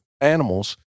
animals